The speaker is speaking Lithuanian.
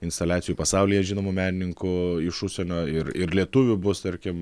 instaliacijų pasaulyje žinomų menininkų iš užsienio ir ir lietuvių bus tarkim